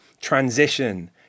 transition